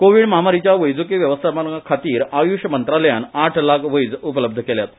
कोवीड म्हामारीच्या वैजकी वेवस्थापना खातीर आयुष मंत्रालयान आठ लाख वैज उपलब्ध केल्यात